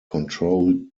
controlled